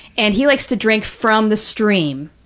and he likes to drink from the stream,